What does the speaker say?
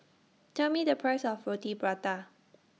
Tell Me The Price of Roti Prata